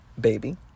baby